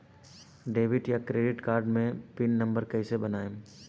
Debit या credit card मे PIN number कैसे बनाएम?